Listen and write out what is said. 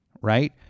right